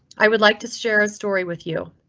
i would like to share a story with you.